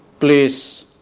please,